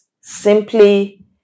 simply